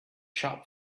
shop